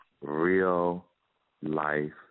real-life